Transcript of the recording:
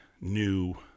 new